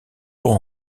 pour